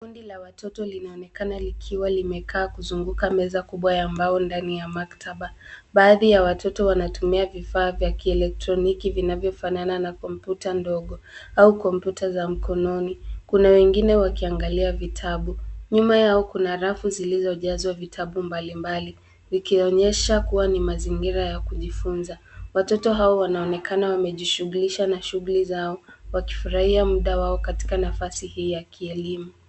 Kundi la watoto linaonekana likiwa limekaa likizunguka meza kubwa ya mbao ndani ya maktaba. Baadhi ya watoto wanatumia vifaa vya kielektroniki vinavyofanana na kompyuta ndogo au komputa za mkononi. Kuna wengine wakiangalia vitabu. Nyuma yao kuna rafu zilizojazwa vitabu mbalimbali, vikionyesha kuwa ni mazingira ya kujifunza. Watoto hao wanaonekana wamejishughulisha na shughuli zao wakifurahia muda wao katika nafasi hii ya kielimu.